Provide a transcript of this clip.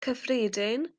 cyffredin